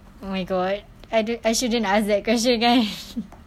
oh my god I di~ I shouldn't ask that question kan